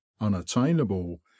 unattainable